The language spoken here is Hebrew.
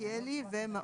מלכיאלי ומעוז.